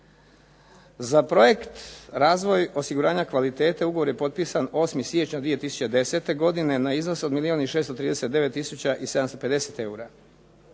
Za projekt Razvoj osiguranja kvalitete ugovor je potpisan 8. siječnja 2010. godine na iznos od milijun